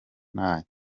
nta